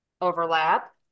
overlap